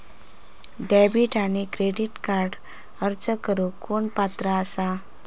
Debit आणि credit कार्डक अर्ज करुक कोण पात्र आसा?